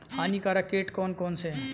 हानिकारक कीट कौन कौन से हैं?